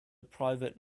private